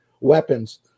weapons